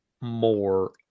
more